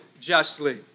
justly